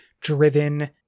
driven